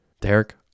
Derek